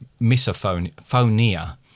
misophonia